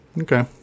Okay